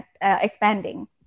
expanding